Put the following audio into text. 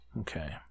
okay